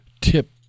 tip